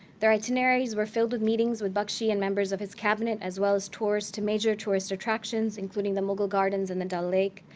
their itineraries were filled with meetings with bakshi and members of his cabinet, as well as tours to major tourist attractions, including the mughal gardens and the dal lake,